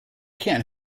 can’t